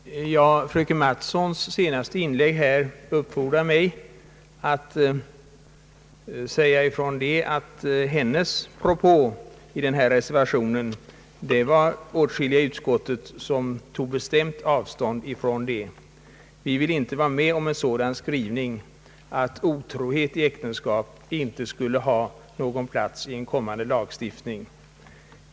Herr talman! Fröken Mattsons sista inlägg uppfordrar mig till att upplysa om, att det var åtskilliga i utskottet som tog ett bestämt avstånd från hennes propå i reservationen. Vi ville inte vara med om en skrivning innebärande att otrohet i äktenskap inte skulle ha någon plats i en kommande lagstiftning.